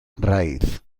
raíz